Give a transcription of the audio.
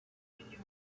quickly